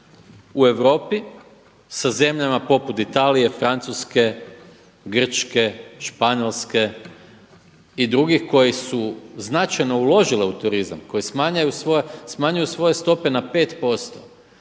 u Europi, sa zemljama poput Italije, Francuske, Grčke, Španjolske i drugih koji su značajno uložile u turizam, koje smanjuju svoje stope na 5%.